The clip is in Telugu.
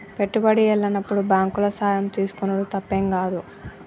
పెట్టుబడి ఎల్లనప్పుడు బాంకుల సాయం తీసుకునుడు తప్పేం గాదు